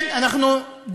כן, אנחנו דורשים,